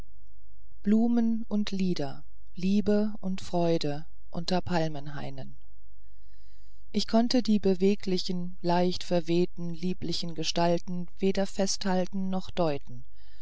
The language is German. blumen und lieder liebe und freude unter palmenhainen ich konnte die beweglichen leicht verwehten lieblichen gestalten weder festhalten noch deuten